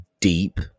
deep-